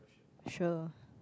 sure